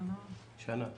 מי נגד?